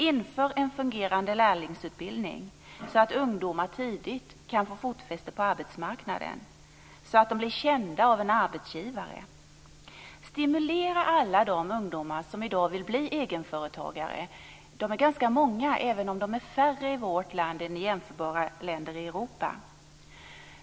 Inför en fungerande lärlingsutbildning, så att ungdomar tidigt kan få fotfäste på arbetsmarknaden, så att de blir kända av en arbetsgivare. Stimulera alla de ungdomar som i dag vill bli egna företagare. De är ganska många, även om de är färre i vårt land än i jämförbara länder i Europa.